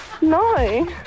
No